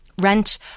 rent